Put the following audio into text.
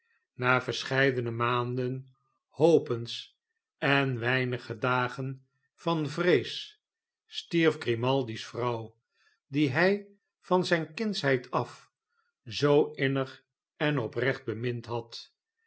na verscheidene jozef gkimaldi maanden hopens en weinige dagen van vrees stierf grimaldi's vrouw die hij van zljne kindslieid af zoo innig en oprecht bemind had